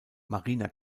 marina